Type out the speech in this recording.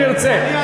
אם ירצה,